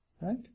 Right